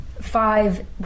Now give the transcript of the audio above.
five